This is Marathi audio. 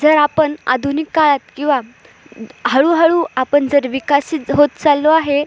जर आपण आधुनिक काळात किंवा हळुहळू आपण जर विकसित होत चाललो आहे